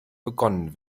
begonnen